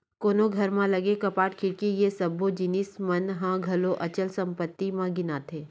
कोनो घर म लगे कपाट, खिड़की ये सब्बो जिनिस मन ह घलो अचल संपत्ति म गिनाथे